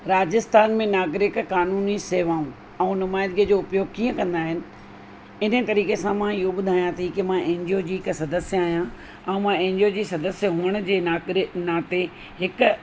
राजस्थान में नागरिक कानूनी सेवाऊं ऐं नुमाजगीय जो उपयोग कीअं कंदा आहिनि इनकरे की असां मां इहो ॿुधायां थी की मां एन जी ओ जी हिक सदस्य आहियां ऐं मां एन जी ओ जी सदस्य हुअण जे नातरे नाते हिकु